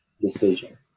decision